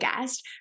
guest